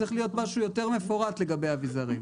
צריך להיות משהו יותר מפורט לגבי אביזרים.